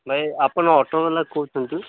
ଭାଇ ଆପଣ ଅଟୋ ବାଲା କହୁଛନ୍ତି